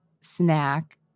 snack